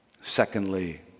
Secondly